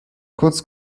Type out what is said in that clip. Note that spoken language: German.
kurz